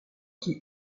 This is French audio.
qui